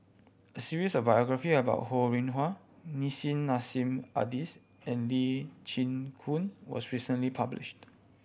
a series of biography about Ho Rih Hwa Nissim Nassim Adis and Lee Chin Koon was recently published